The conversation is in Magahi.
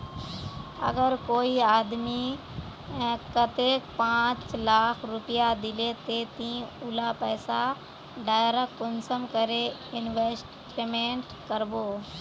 अगर कोई आदमी कतेक पाँच लाख रुपया दिले ते ती उला पैसा डायरक कुंसम करे इन्वेस्टमेंट करबो?